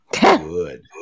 Good